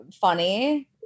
funny